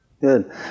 Good